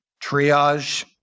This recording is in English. triage